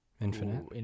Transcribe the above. Infinite